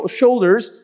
shoulders